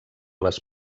les